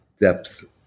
depth